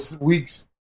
weeks